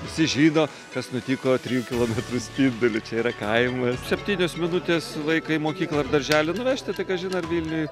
visi žino kas nutiko trijų kilometrų spinduliu čia yra kaimas septynios minutės vaiką į mokyklą ar darželį nuvežti tai kažin ar vilniuj